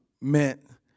meant